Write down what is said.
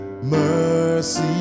Mercy